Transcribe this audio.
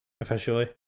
officially